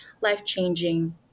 life-changing